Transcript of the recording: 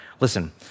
Listen